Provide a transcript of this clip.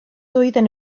doedden